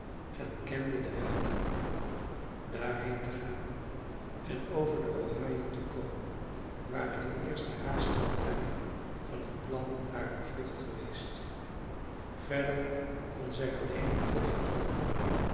en kende den weg wel daarheen te gaan en over de ohio te komen waren de eerste haastige trekken van het plan harer vlucht geweest verder kon zij alleen op god vertrouwen